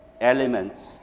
elements